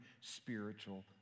spiritual